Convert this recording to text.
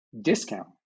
discount